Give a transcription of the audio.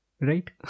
Right